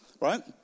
right